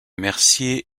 mercier